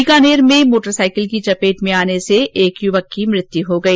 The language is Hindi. बीकानेर में मोटर साईकिल की चपेट में आने से एक युवक की मौत हो गई